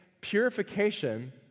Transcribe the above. purification